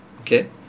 okay